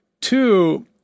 Two